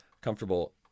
comfortable